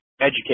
educate